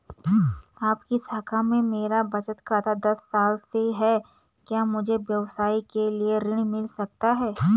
आपकी शाखा में मेरा बचत खाता दस साल से है क्या मुझे व्यवसाय के लिए ऋण मिल सकता है?